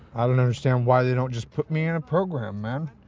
i don't understand why they don't just put me in a program, man.